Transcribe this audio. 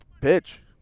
pitch